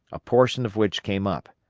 a portion of which came up.